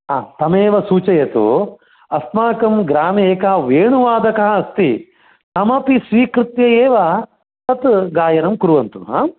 आ तमेव सूचयतु अस्माकं ग्रामे एकः वेणुवादकः अस्ति तमपि स्वीकृत्य एव तत् गायनं कुर्वन्तु